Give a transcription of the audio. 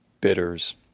bitters